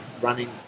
running